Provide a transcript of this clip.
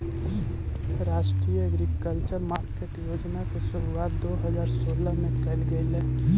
राष्ट्रीय agriculture market योजना के शुरुआत दो हज़ार सोलह में कैल गेलइ